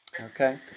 Okay